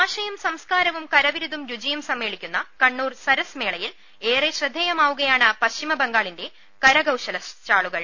ഭാഷയും സംസ്കാരവും കലാവിരുതും രുചിയും സമ്മേളിക്കുന്ന കണ്ണൂർ സ്രസ്മേളയിൽ ഏറെ ശ്രദ്ധേയമാവുകയാണ് പശ്ചിമ ബംഗാളിന്റെ ് കരകൌശല സ്റ്റാളുകൾ